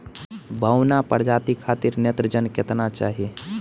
बौना प्रजाति खातिर नेत्रजन केतना चाही?